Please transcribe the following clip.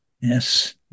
Yes